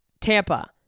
Tampa